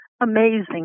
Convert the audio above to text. amazing